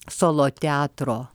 solo teatro